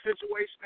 situation